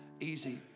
easy